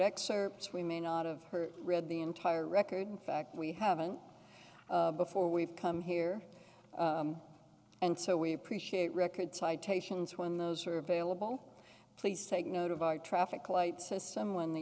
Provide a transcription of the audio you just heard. excerpts we may not of her read the entire record fact we haven't before we've come here and so we appreciate record citations when those are available please take note of our traffic lights system when the